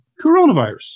coronavirus